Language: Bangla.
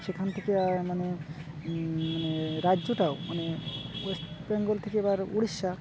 সেখান থেকে মানে মানে রাজ্যটাও মানে ওয়েস্ট বেঙ্গল থেকে এবার উড়িষ্যা